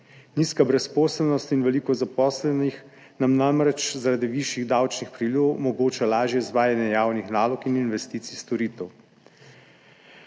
Nizka brezposelnost in veliko zaposlenih nam namreč zaradi višjih davčnih prilivov omogoča lažje izvajanje javnih nalog in investicij storitev.